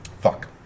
fuck